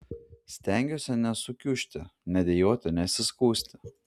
stengiuosi nesukiužti nedejuoti nesiskųsti